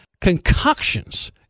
concoctions